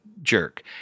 Jerk